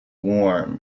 warm